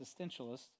existentialist